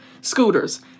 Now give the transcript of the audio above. scooters